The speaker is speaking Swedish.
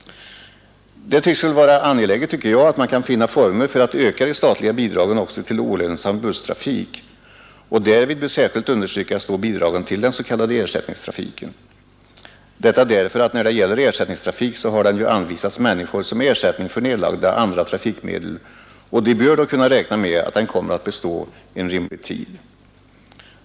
Det är angeläget, tycker jag, att man kan finna former för att öka de statliga bidragen också till olönsam busstrafik och därvid bör särskilt understrykas bidragen till den s.k. ersättningstrafiken, detta därför att när det gäller ersättningstrafik så har den ju anvisats människor som ersättning för nedlagda andra trafikmedel och de bör då kunna räkna med att den kommer att bestå en rimlig tid.